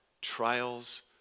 trials